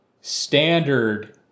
standard